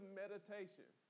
meditation